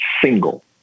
single